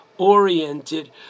Oriented